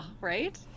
Right